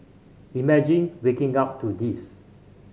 imagine waking up to this